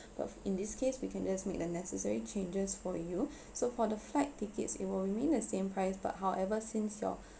but in this case we can just make the necessary changes for you so for the flight tickets it will remain the same price but however since your